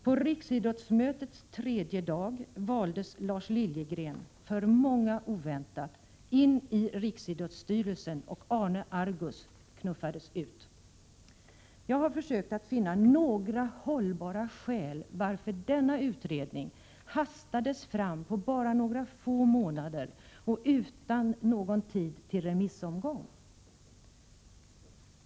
På riksidrottsmötets tredje dag valdes Lars Liljegren — för många oväntat — in i riksidrottsstyrelsen, och Arne Argus knuffades ut. Jag har försökt finna några hållbara skäl till att denna utredning hastades fram på bara några månader och utan tid till remissförfarande.